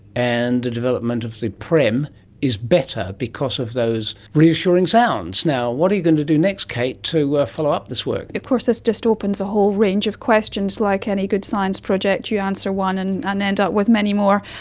and the development of the prem is better because of those reassuring sounds. what are you going to do next, kate, to follow up this work? of course this just opens a whole range of questions. like any good science project, you answer one and and end up with many more.